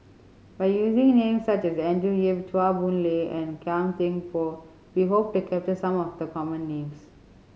by using names such as Andrew Yip Chua Boon Lay and Gan Thiam Poh we hope to capture some of the common names